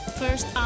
first